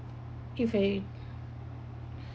if I